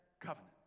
covenant